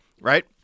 right